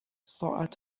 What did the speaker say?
ساعت